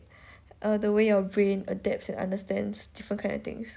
err the way your brain adapts and understands different kind of things